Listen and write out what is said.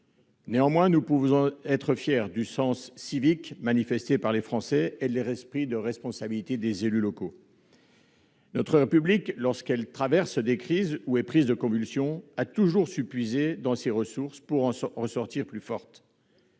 Néanmoins, nous pouvons être fiers du sens civique manifesté par les Français et de l'esprit de responsabilité des élus locaux. Notre République, lorsqu'elle traverse des crises ou est prise de convulsions, a toujours su puiser dans ses ressources pour en ressortir plus forte.